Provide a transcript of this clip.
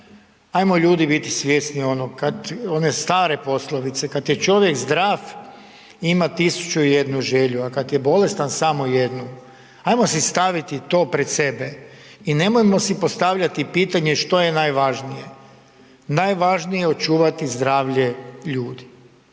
ajmo ljudi biti svjesni ono, one stare poslovice, kad je čovjek zdrav ima 1001 želju, a kad je bolestan samo 1, ajmo si staviti to pred sebe i nemojmo si postavljati pitanje što je najvažnije, najvažnije je očuvati zdravlje ljudi,